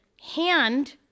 hand